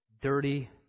dirty